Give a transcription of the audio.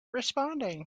responding